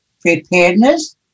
preparedness